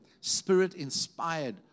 spirit-inspired